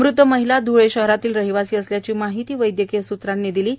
मृत महिला ध्ळे शहरातील रहिवासी असल्याची माहिती वैद्यकीय सूत्रांनी दिली आहे